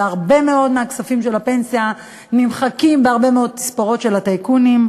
והרבה מאוד מהכספים של הפנסיה נמחקים בהרבה מאוד תספורות של הטייקונים.